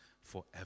forever